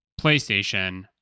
PlayStation